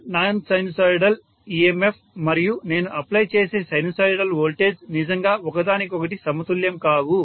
ఆ non sinusoidal EMF మరియు నేను అప్లై చేసే సైనూసోయిడల్ వోల్టేజ్ నిజంగా ఒకదానికొకటి సమతుల్యం కావు